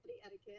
Etiquette